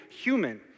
human